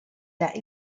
that